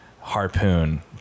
harpoon